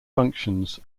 functions